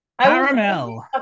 caramel